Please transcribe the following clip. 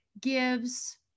gives